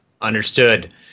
Understood